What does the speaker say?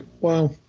Wow